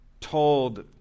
told